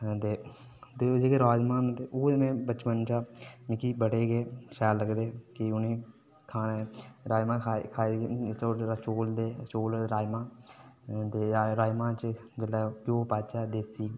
ते जेह्के राजमां न ओह् में बचपन चा मिगी बड़े गै शैल लगदे ते उ'नेंगी खाने च राजमां चोल ते राजमां च जेल्लै घ्यो पांदे खाली